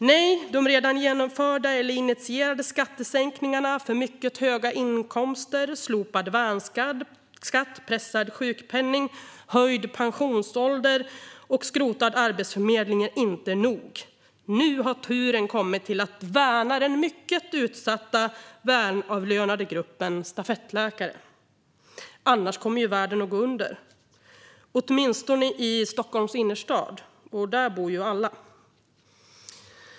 Nej, de redan genomförda eller initierade skattesänkningarna för mycket höga inkomster, slopad värnskatt, pressad sjukpenning, höjd pensionsålder och skrotad arbetsförmedling är inte nog. Nu har turen kommit till att värna den mycket utsatta gruppen välavlönade stafettläkare. Annars kommer världen att gå under, åtminstone i Stockholms innerstad - och där bor ju alla.